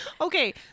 Okay